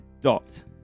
dot